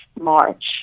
march